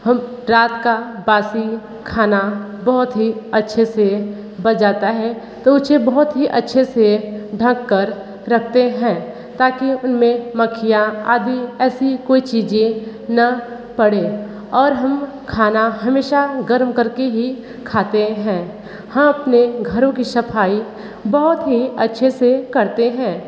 हम रात का बासी खाना बहुत ही अच्छे से बच जाता है तो उसे बहुत ही अच्छे से ढक कर रखते हैं ताकि उनमें मक्खियाँ आदि ऐसी कोई चीज़ें ना पड़े और हम खाना हमेशा गर्म कर के ही खाते हैं हम अपने घरों की सफ़ाई बहुत ही अच्छे से करते हैं